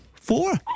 Four